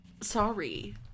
Sorry